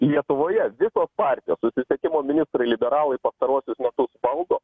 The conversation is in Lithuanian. lietuvoje visos partijos susisiekimo ministrai liberalai pastaruosius metus valdo